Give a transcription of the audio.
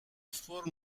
four